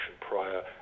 prior